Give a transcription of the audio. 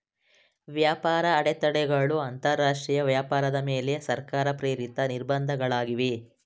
ವ್ಯಾಪಾರ ಅಡೆತಡೆಗಳು ಅಂತರಾಷ್ಟ್ರೀಯ ವ್ಯಾಪಾರದ ಮೇಲೆ ಸರ್ಕಾರ ಪ್ರೇರಿತ ನಿರ್ಬಂಧ ಗಳಾಗಿವೆ